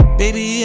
baby